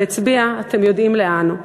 והצביע אתם יודעים לאן.